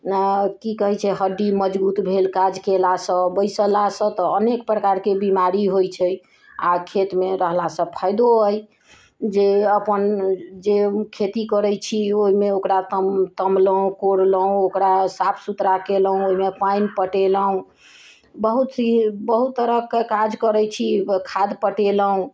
की कहै छै हड्डी मजबूत भेल काज केला सॅं बैसला सॅं तऽ अनेक प्रकार से बीमारी होइ छै आ खेत मे रहला सॅं फायदो अय जे अपन जे खेती करै छी ओहिमे ओकरा तमलहुॅं कोड़लहुॅं ओकरा साफ सुथरा कएलहुॅं ओहिमे पनि पठेलहुॅं बहुत ही बहुत तरह के काज करय छी खाद पटेलहुॅं